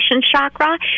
chakra